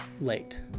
late